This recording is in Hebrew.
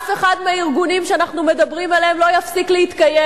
אף אחד מהארגונים שאנחנו מדברים עליהם לא יפסיק להתקיים.